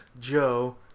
Joe